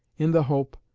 in the hope,